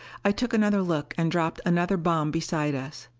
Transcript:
i took another look and dropped another bomb beside us.